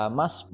mas